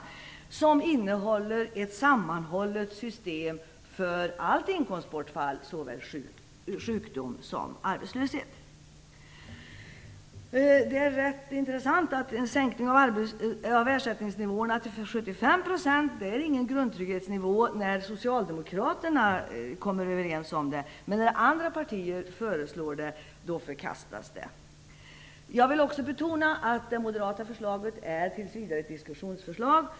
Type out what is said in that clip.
Detta innehåller ett sammanhållet system för allt inkomstbortfall, vid såväl sjukdom som arbetslöshet. Det är rätt intressant detta med en sänkning av ersättningsnivåerna till 75 %. Det är ingen grundtrygghetsnivå när Socialdemokraterna kommer överens om det, men när andra partier föreslår det, så förkastas det. Jag vill också betona att det moderata förslaget tills vidare är ett diskussionsförslag.